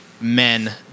men